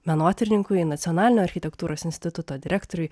menotyrininkui nacionalinio architektūros instituto direktoriui